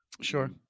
sure